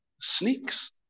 Sneaks